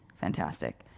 fantastic